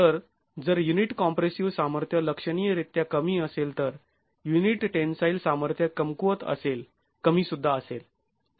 तर जर unit compressive सामर्थ्य लक्षणीयरीत्या कमी असेल तर युनिट टेन्साईल सामर्थ्य कमकुवत असेल कमी सुद्धा असेल